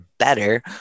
better